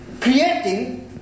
creating